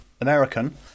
American